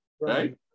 Right